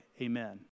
Amen